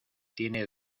tiene